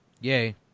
Yay